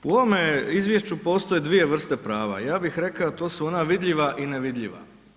U ovome izvješću postoje dvije vrste prava, ja bih rekao to su ona vidljiva i nevidljiva.